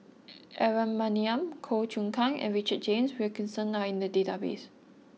Aaron Maniam Goh Choon Kang and Richard James Wilkinson are in the database